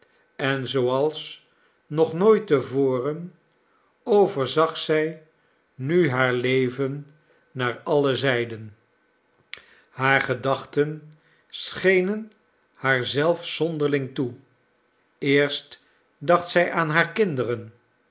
en zooals nog nooit te voren overzag zij nu haar leven naar alle zijden haar gedachten schenen haar zelf zonderling toe eerst dacht zij aan haar kinderen